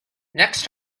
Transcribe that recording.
next